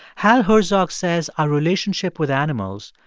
hal herzog says our relationship with animals,